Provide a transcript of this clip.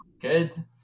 Good